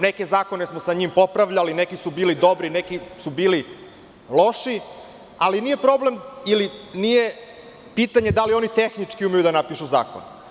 Neke zakone smo sa njim popravljali, neki su bili dobri, neki su bili loši, ali nije problem, ili nije pitanje da li oni tehnički umeju da napišu zakon.